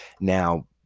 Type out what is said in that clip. Now